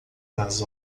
nas